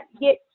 get